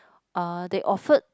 uh they offered